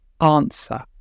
answer